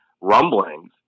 rumblings